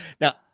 Now